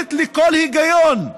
שמנוגדת לכל היגיון?